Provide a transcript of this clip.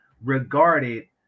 regarded